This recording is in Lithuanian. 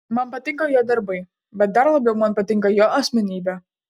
man patinka jo darbai bet dar labiau man patinka jo asmenybė